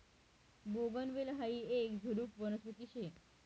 बोगनवेल हायी येक झुडुप वनस्पती शे